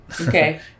Okay